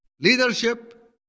Leadership